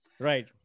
Right